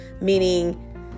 meaning